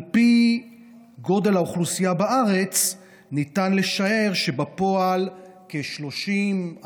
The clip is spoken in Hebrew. על פי גודל האוכלוסייה בארץ ניתן לשער שבפועל כ-30,000